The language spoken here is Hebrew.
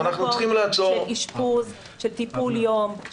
מקום של אשפוז, של טיפול יום.